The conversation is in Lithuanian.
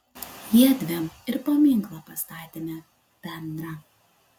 jiedviem ir paminklą pastatėme bendrą